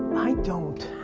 i don't.